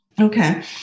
Okay